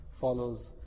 follows